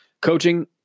coaching